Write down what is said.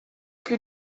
più